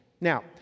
Now